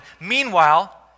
Meanwhile